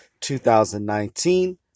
2019